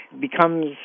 becomes